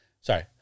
Sorry